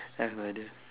have rider